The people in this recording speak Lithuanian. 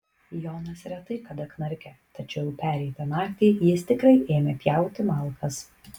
jonas retai kada knarkia tačiau pereitą naktį jis tikrai ėmė pjauti malkas